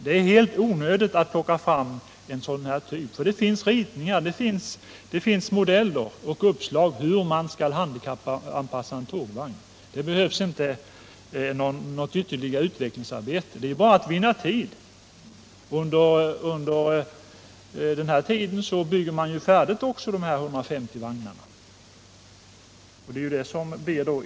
Det är helt onödigt att plocka fram en sådan här vagnstyp, för det finns redan ritningar, modeller och uppslag över hur man skall handikappanpassa en tågvagn. Det behövs inte något ytterligare utvecklingsarbete. Under tiden man utreder ytterligare bygger man ju de här 150 vagnarna färdiga.